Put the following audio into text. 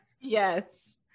Yes